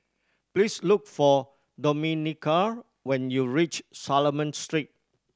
please look for Domenica when you reach Solomon Street